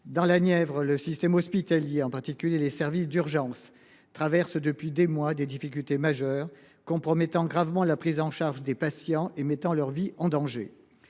Dans la Nièvre, le système hospitalier – en particulier les services d’urgence – traverse depuis des mois des difficultés majeures, qui compromettent gravement la prise en charge des patients, mettant leur vie en danger.